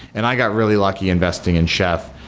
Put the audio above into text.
and i got really lucky investing in chef,